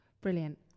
Brilliant